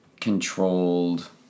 controlled